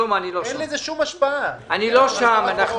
שלמה, אני לא שם.